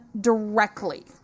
directly